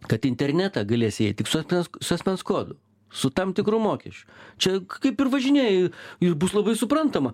kad į internetą galėsi įeit tik su asmens su asmens kodu su tam tikru mokesčiu čia kaip ir važinėji ir bus labai suprantama